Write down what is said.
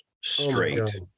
straight